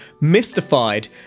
mystified